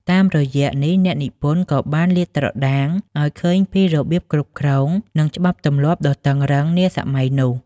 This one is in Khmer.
តាមរយៈនេះអ្នកនិពន្ធក៏បានលាតត្រដាងឲ្យឃើញពីរបៀបគ្រប់គ្រង និងច្បាប់ទម្លាប់ដ៏តឹងតែងនាសម័យនោះ។